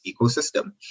ecosystem